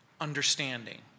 understanding